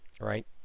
Right